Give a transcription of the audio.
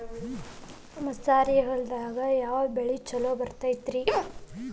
ಮಸಾರಿ ಹೊಲದಾಗ ಯಾವ ಬೆಳಿ ಛಲೋ ಬರತೈತ್ರೇ?